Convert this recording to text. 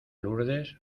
lourdes